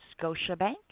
Scotiabank